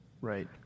Right